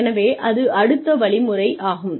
எனவே அது அடுத்த வழிமுறை ஆகும்